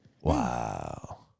Wow